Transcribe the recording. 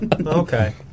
okay